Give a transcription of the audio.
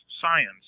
science